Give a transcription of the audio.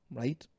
right